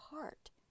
heart